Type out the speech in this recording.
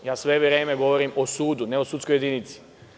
Ja sve vreme govorim o sudu, a ne o sudskoj jedinici.